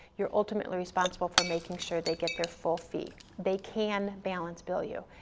you're ultimately responsible for making sure they get their full fee, they can balance bill you.